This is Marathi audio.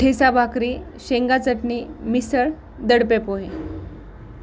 ठेचा भाकरी शेंगा चटणी मिसळ दडपे पोहे